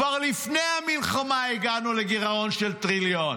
כבר לפני המלחמה הגענו לגירעון של טריליון.